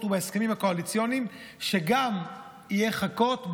ובהסכמים הקואליציוניים שתהיינה גם חכות,